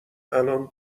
الان